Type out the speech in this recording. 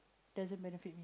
doesn't benefit me